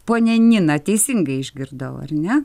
ponia nina teisingai išgirdau ar ne